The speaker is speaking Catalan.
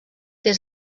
des